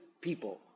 people